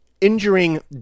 injuring